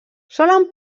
solen